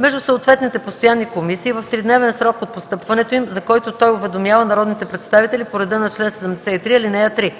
между съответните постоянни комисии в тридневен срок от постъпването им, за което той уведомява народните представители по реда на чл. 73, ал. 3.